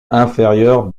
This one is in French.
inférieur